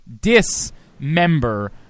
dismember